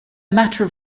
matter